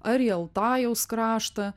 ar į altajaus kraštą